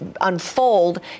unfold